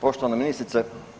Poštovana ministrice.